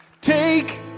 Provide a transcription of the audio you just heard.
Take